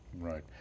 Right